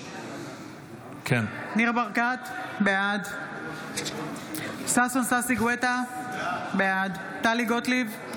ניר ברקת, בעד ששון ששי גואטה, בעד טלי גוטליב,